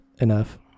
enough